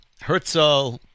Herzl